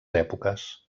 èpoques